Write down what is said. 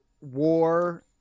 war